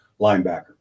linebacker